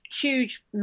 huge